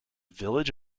village